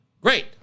Great